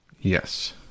Yes